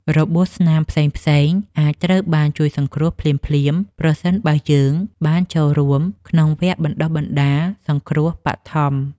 របួសស្នាមផ្សេងៗអាចត្រូវបានជួយសង្គ្រោះភ្លាមៗប្រសិនបើយើងបានចូលរួមក្នុងវគ្គបណ្តុះបណ្តាលសង្គ្រោះបឋម។